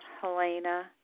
Helena